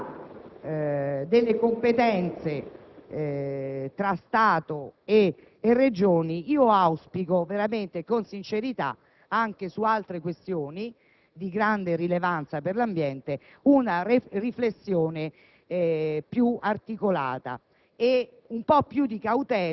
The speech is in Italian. vicenda delle competenze tra Stato e Regioni auspico con sincerità, così come su altre questioni di grande rilevanza per l'ambiente, una riflessione più articolata